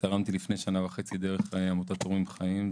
ותרמתי לפני שנה וחצי דרך עמותת תורמים חיים,